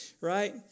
right